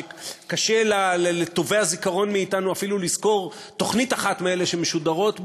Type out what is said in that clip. שקשה לטובי הזיכרון מאתנו אפילו לזכור תוכנית אחת מאלה שמשודרות בו,